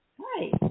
Hi